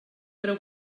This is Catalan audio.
creu